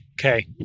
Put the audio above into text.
Okay